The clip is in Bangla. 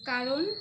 কারণ